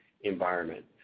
environment